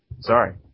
Sorry